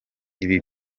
ibi